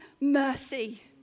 mercy